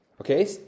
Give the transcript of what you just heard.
Okay